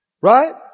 Right